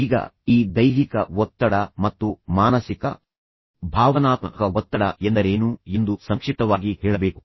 ಈಗ ಈ ದೈಹಿಕ ಒತ್ತಡ ಎಂದರೇನು ಮತ್ತು ಮಾನಸಿಕ ಮತ್ತು ಭಾವನಾತ್ಮಕ ಒತ್ತಡ ಎಂದರೇನು ಎಂದು ನಾನು ನಿಮಗೆ ಸಂಕ್ಷಿಪ್ತವಾಗಿ ಹೇಳಬೇಕು